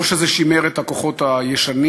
או שזה שימר את הכוחות הישנים